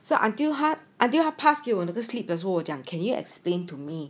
so until 她她 until her pass 给我那个 slip 的时候 can you explain to me